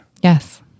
yes